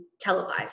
televised